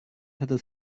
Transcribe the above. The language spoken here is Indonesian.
satu